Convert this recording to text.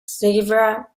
zebra